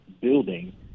building